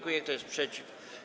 Kto jest przeciw?